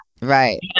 right